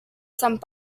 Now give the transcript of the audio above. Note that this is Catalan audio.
sant